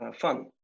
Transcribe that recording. fun